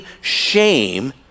shame